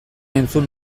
entzun